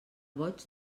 boig